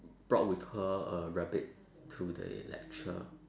brought with her a rabbit to the lecture